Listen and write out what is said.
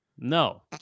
No